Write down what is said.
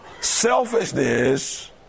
Selfishness